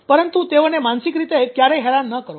પરંતુ તેઓને માનસિક રીતે ક્યારેય હેરાન ન કરો